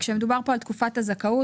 כשמדובר פה על תקופת הזכאות,